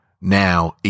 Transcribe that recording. Now